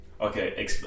Okay